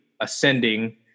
ascending